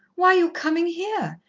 why, you're coming here.